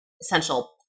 essential